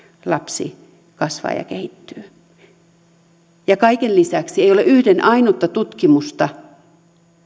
lapsi kasvaa ja kehittyy kaiken lisäksi ei ole yhden ainutta mainitunlaista tutkimusta